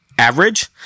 average